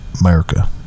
america